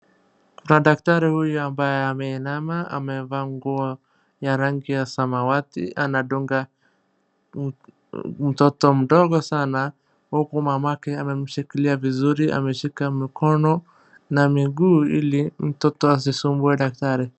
Kuna daktari huyu ambaye ameinama amevaa nguo ya rangi ya samawati anadunga mtoto mdogo sana. Huku mamake amemshikilia vizuri ameshika mikoni na miguu ili mtoto asisumbue daktari.